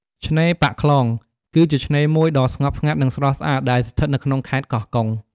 ឆ្នេរប៉ាក់ខ្លង គឺជាឆ្នេរមួយដ៏ស្ងប់ស្ងាត់ និងស្រស់ស្អាត ដែលស្ថិតនៅក្នុងខេត្ត កោះកុង។